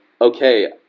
okay